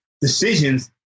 decisions